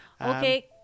Okay